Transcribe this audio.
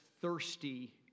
thirsty